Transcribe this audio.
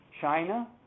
China